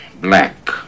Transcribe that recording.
black